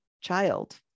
child